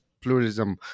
pluralism